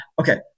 Okay